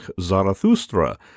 Zarathustra